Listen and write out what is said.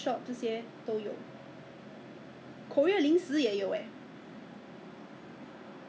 yeah that's what I miss really !wah! 跟你讲 during that time ah 真的是啊你一刚开始